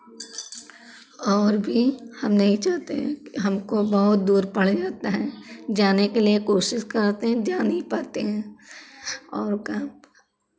और भी हम नहीं चाहते हैं हमको बहुत दूर पड़ जाता है जाने के लिए कोशिश करते हैं जा नहीं पाते हैं और क्या